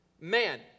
man